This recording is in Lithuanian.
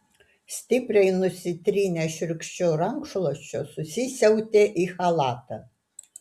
stipriai nusitrynęs šiurkščiu rankšluosčiu susisiautė į chalatą